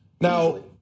Now